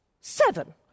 Seven